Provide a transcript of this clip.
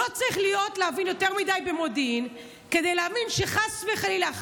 לא צריך להבין יותר מדי במודיעין כדי להאמין שחס וחלילה,